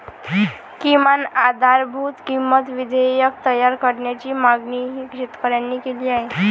किमान आधारभूत किंमत विधेयक तयार करण्याची मागणीही शेतकऱ्यांनी केली आहे